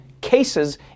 Cases